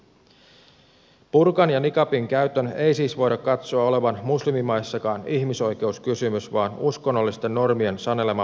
burkan ja niqabin käytön ei siis voida katsoa olevan muslimimaissakaan ihmisoikeuskysymys vaan uskonnollisten normien sanelema pakko naisille